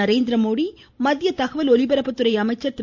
நரேந்திரமோடி மத்திய தகவல் ஒலிபரப்புத்துறை அமைச்சர் திரு